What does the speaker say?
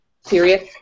serious